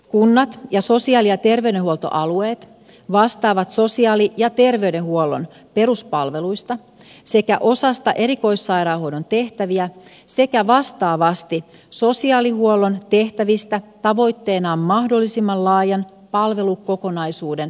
kunnat ja sosiaali ja terveydenhuoltoalueet vastaavat sosiaali ja terveydenhuollon peruspalveluista sekä osasta erikoissairaanhoidon tehtäviä sekä vastaavasti sosiaalihuollon tehtävistä tavoitteena mahdollisimman laajan palvelukokonaisuuden muodostuminen